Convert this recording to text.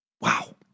Wow